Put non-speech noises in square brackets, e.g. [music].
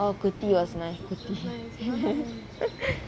orh குட்டி:kutty was nice குட்டி:kutty [laughs]